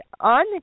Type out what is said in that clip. on